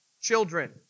children